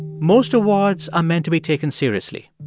most awards are meant to be taken seriously,